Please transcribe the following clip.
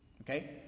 okay